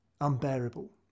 unbearable